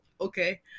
Okay